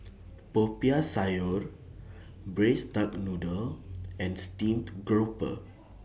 Popiah Sayur Braised Duck Noodle and Steamed Grouper